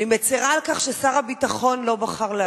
אני מצרה על כך ששר הביטחון לא בחר להגיע.